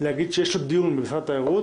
להגיד שיש לו דיון במשרד התיירות,